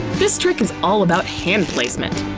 this trick is all about hand placement.